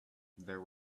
there